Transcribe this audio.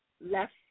left